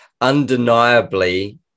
undeniably